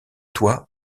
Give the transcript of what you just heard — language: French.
toit